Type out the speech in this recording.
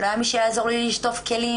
לא היה מי שיעזור לי לשטוף כלים.